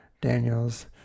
Daniels